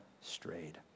strayed